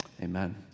Amen